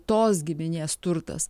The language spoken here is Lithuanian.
tos giminės turtas